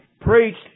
preached